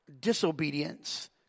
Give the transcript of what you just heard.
disobedience